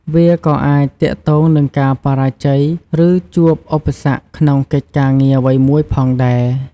វាក៏អាចទាក់ទងនឹងការបរាជ័យ ឬជួបឧបសគ្គក្នុងកិច្ចការងារអ្វីមួយផងដែរ។